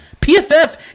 PFF